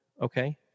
okay